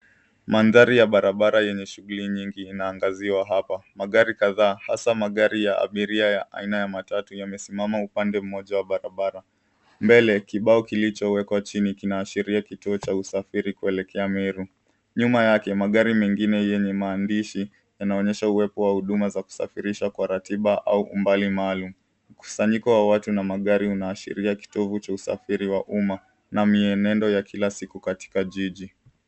Mandhari ya barabara yenye shughuli nyingi inaangaziwa hapa. Magari kadhaa hasa magari ya abiria ya aina ya matatu yamesimama upande mmoja wa barabara. Mbele, kibao kilichowekwa chini kinaashiria kituo cha usafiri kuelekea Meru. Nyuma yake magari mengine yenye maandishi yanaonyesha uwepo wa huduma za kusafirisha kwa ratiba au umbali maalum. Mkusanyiko wa watu na magari unaashiria kituo cha usafiri wa umma na mienendo ya kila siku katika jiji.